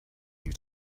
you